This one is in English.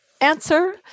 answer